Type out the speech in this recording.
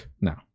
now